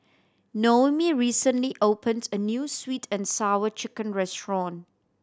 Noemi recently opened a new Sweet And Sour Chicken restaurant